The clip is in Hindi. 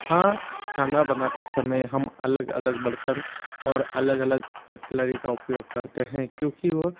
हाँ खाना बनाते समय हम अलग अलग बर्तन और अलग अलग कटलरी का उपयोग करते हैं क्योंकि वो